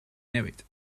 newid